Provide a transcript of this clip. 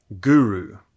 guru